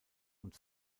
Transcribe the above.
und